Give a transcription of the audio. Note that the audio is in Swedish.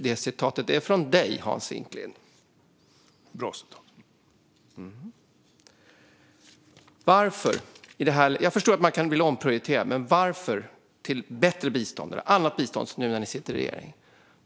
Detta citat kommer från dig, Hans Eklind. : Det är ett bra citat.) Jag förstår att man kan vilja omprioritera till bättre bistånd eller annat bistånd nu när man sitter i regeringen.